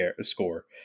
score